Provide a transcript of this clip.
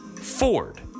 Ford